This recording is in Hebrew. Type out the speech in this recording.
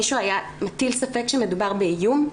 מישהו היה מטיל ספק שמדובר באיום?